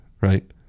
right